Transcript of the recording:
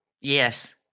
Yes